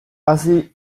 hazi